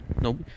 nope